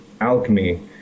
alchemy